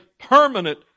permanent